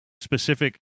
specific